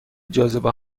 جاذبه